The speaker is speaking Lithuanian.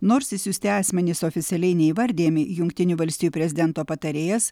nors išsiųsti asmenys oficialiai neįvardijami jungtinių valstijų prezidento patarėjas